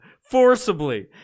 forcibly